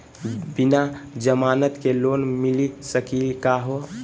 बिना जमानत के लोन मिली सकली का हो?